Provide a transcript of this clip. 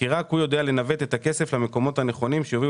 כי רק הוא יודע לנווט את הכסף למקומות הנכונים שיובילו